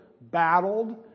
battled